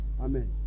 Amen